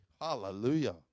hallelujah